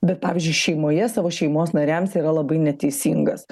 bet pavyzdžiui šeimoje savo šeimos nariams yra labai neteisingas